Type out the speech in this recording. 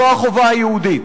זו החובה היהודית.